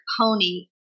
pony